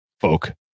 folk